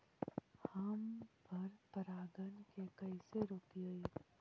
हम पर परागण के कैसे रोकिअई?